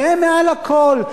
שהם מעל הכול,